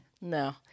No